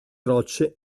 rocce